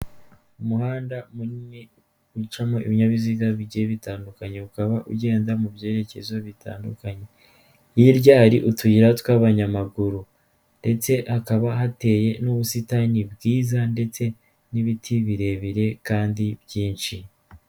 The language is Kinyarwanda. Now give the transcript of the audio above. Umuhanda munini ucamo ibinyabiziga bigiye bitandukanye, ukaba ugenda mu byerekezo bitandukanye, hirya hari utuyira tw'abanyamaguru, ndetse hakaba hateye n'ubusitani bwiza ndetse n'ibiti birebire kandi byinshi.